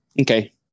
Okay